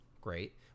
great